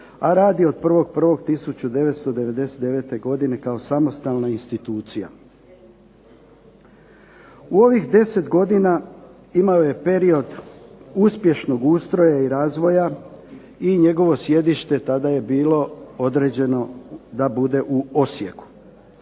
a radi od 01.01.1999. godine kao samostalna institucija. U ovih 10 godina imao je period uspješnog ustroja i razvoja i njegovo sjedište tada je bilo određeno da bude u Osijeku.